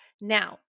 Now